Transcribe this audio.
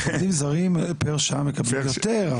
עובדים זרים פר שעה מקבלים יותר,